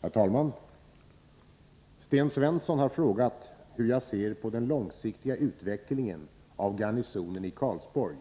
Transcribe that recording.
Herr talman! Sten Svensson har frågat hur jag ser på den långsiktiga utvecklingen av garnisonen i Karlsborg